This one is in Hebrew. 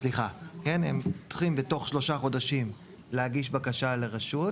הן צריכות בתוך שלושה חודשים להגיש בקשה לרשות,